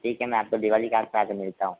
ठीक है मैं आपको दिवाली के आस पास में मिलता हूँ